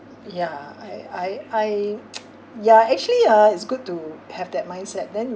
yeah I I I yeah actually ah it's good to have that mindset then